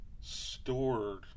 stored